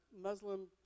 Muslim